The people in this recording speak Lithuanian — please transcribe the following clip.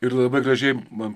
ir labai gražiai man